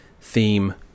theme